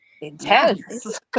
intense